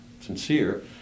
sincere